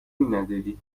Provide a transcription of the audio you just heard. نداری